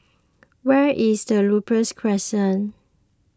where is Ripley Crescent